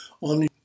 on